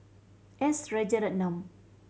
S Rajaratnam